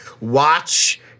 watch